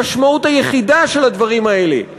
המשמעות היחידה של הדברים האלה,